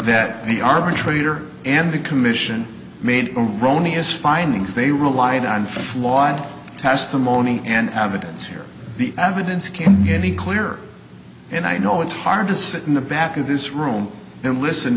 that the arbitrator and the commission made a rony is findings they relied on flawed testimony and evidence here the evidence can be any clearer and i know it's hard to sit in the back of this room and listen